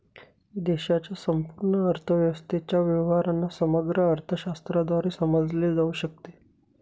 देशाच्या संपूर्ण अर्थव्यवस्थेच्या व्यवहारांना समग्र अर्थशास्त्राद्वारे समजले जाऊ शकते